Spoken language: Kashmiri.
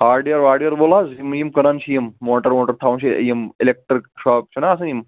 ہاڑوِیَر واڑوِیَر وول حظ یِم یِم کٕنان چھِ یِم موٹَر ووٹَر تھاوَن چھِ یِم اِلیٚکٹرٕک شاپ چھِنا آسان یِم